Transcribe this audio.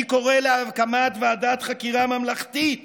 אני קורא להקמת ועדת חקירה ממלכתית